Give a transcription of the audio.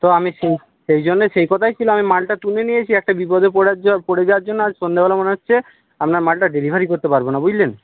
তো আমি সেই সে জন্যই সে কথাই ছিল আমি মালটা তুলে নিয়েছি একটা বিপদে পড়ার পড়ে যাওয়ার জন্য আজকে সন্ধ্যাবেলা মনে হচ্ছে আপনার মালটা ডেলিভারি করতে পারব না বুঝলেন